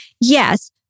Yes